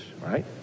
right